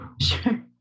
Sure